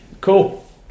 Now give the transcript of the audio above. cool